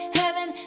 heaven